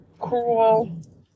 cruel